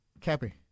Cappy